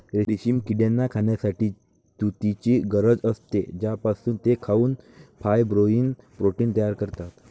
रेशीम किड्यांना खाण्यासाठी तुतीची गरज असते, ज्यापासून ते खाऊन फायब्रोइन प्रोटीन तयार करतात